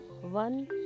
one